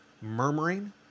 murmuring